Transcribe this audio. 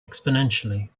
exponentially